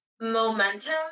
momentum